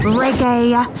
reggae